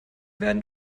werden